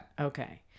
okay